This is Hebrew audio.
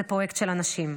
זה פרויקט של אנשים.